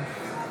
כן.